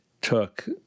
took